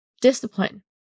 Discipline